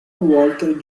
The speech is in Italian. walter